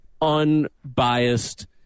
unbiased